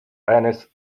eines